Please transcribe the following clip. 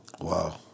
Wow